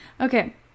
Okay